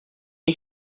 you